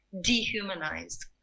dehumanized